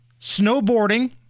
Snowboarding